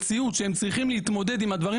מציאות שהם צריכים להתמודד עם הדברים